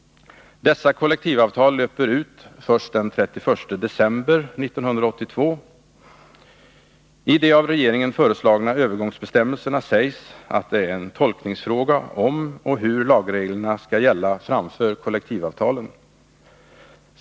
Dessa kollektivavtal löper ut först den 31 december 1982. I de av regeringen föreslagna övergångsbestämmelserna sägs att det är en tolkningsfråga om och hur lagreglerna skall gälla framför kollektivavtalen.